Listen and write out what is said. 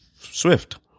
Swift